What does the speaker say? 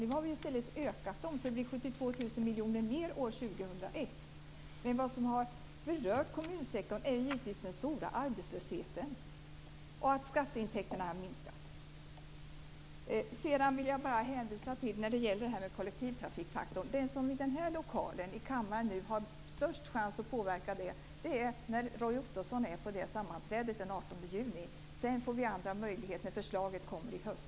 Nu har vi i stället ökat dem så att det blir 72 miljarder kronor mer till år 2001. Vad som har berört kommunsektorn är givetvis den stora arbetslösheten och att skatteintäkterna har minskat. När det gäller det här med kollektivtrafikfaktorn vill jag bara säga att den som i den här lokalen, i kammaren, har störst chans att påverka är Roy Ottosson när han är på sammanträdet den 18 juni. Sedan får vi andra möjlighet när förslaget kommer i höst.